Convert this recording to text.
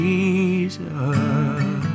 Jesus